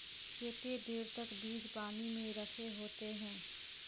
केते देर तक बीज पानी में रखे होते हैं?